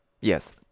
yes